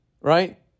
right